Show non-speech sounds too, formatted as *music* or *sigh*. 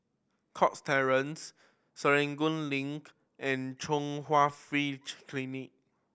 Cox Terrace Serangoon Link and Chung Hwa Free *noise* Clinic